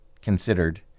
considered